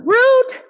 Root